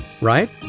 right